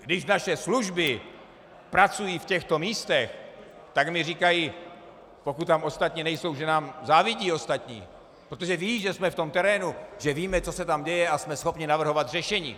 Když naše služby pracují v těchto místech, tak mi říkají, pokud tam ostatně nejsou, že nám ostatní závidí, protože vědí, že jsme v tom terénu, že víme, co se tam děje, a jsme schopni navrhovat řešení.